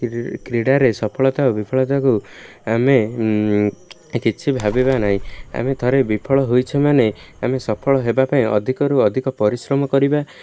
କ୍ରାଡ଼ୀ କ୍ରୀଡ଼ାରେ ସଫଳତା ଓ ବିଫଳତାକୁ ଆମେ କିଛି ଭାବିବା ନାହିଁ ଆମେ ଥରେ ବିଫଳ ହୋଇଛେ ମାନେ ଆମେ ସଫଳ ହେବା ପାଇଁ ଅଧିକରୁ ଅଧିକ ପରିଶ୍ରମ କରିବା